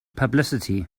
publicity